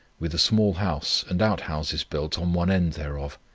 with a small house and outhouses built on one end thereof.